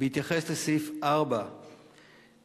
בהתייחס לסעיף 4 באמנה,